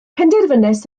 penderfynais